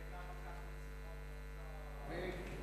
כי היתה מכת רציחות במגזר הערבי,